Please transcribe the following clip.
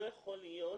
לא יכול להיות,